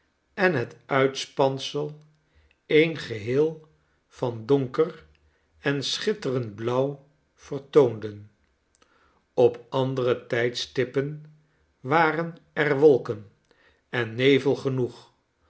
en het uitspansel een geheel van donker en schitterend blauw vertoonden op andere tydstippen waren er wolken en nevel genoeg